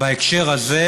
בהקשר הזה,